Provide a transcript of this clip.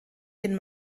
den